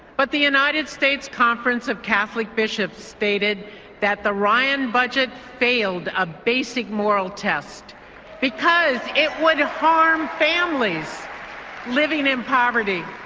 but the united states conference of catholic bishops stated that the ryan budget failed a basic moral test because it would harm families living in poverty.